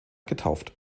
getauft